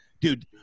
dude